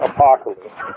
Apocalypse